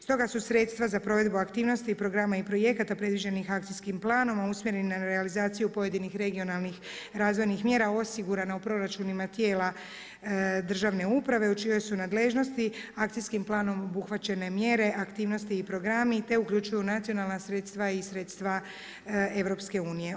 Stoga su sredstva za provedbu aktivnosti, programa i projekata predviđenih akacijskim planom usmjereni na realizaciju pojedinih regionalnih razvojnih mjera osigurana u proračunima tijela državne uprave u čijoj su nadležnosti akcijskim planom obuhvaćene mjere, aktivnosti i programi te uključuju nacionalna sredstva i sredstva EU.